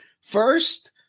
First